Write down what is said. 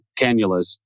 cannulas